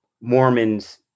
Mormons